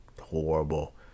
horrible